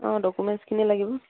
অঁ ডকুমেণ্টছখিনি লাগিব